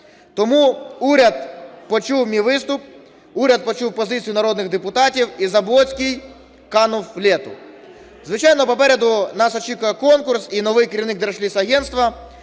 Тому уряд почув мій виступ, уряд почув позицію народний депутатів, і Заблоцький канув в Лету. Звичайно, попереду нас очікує конкурс і новий керівник Держлісагентства,